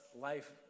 life